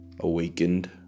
awakened